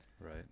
right